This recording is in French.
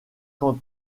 quant